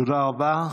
תודה רבה.